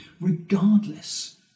regardless